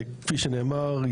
שכפי שנאמר,